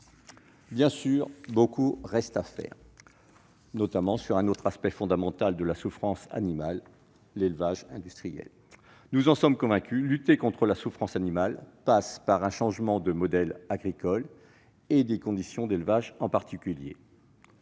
Bien sûr, beaucoup reste à faire, notamment sur un autre aspect fondamental de la souffrance animale : l'élevage industriel. Nous en sommes convaincus, lutter contre la souffrance animale passe par un changement de notre modèle agricole et en particulier